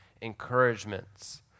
encouragements